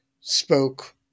spoke